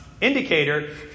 indicator